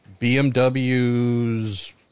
BMW's